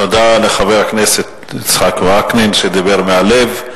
תודה לחבר הכנסת יצחק וקנין, שדיבר מהלב,